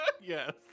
Yes